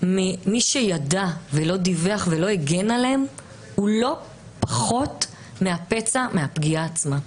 ממי שידע ולא דיווח ולא הגן עליהם הוא לא פחות מהפצע מהפגיעה עצמה.